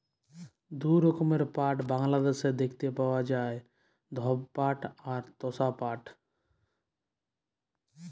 দু রকমের পাট বাংলাদ্যাশে দ্যাইখতে পাউয়া যায়, ধব পাট অ তসা পাট